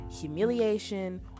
humiliation